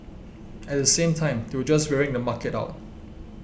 at the same time they were just wearing the market out